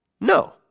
No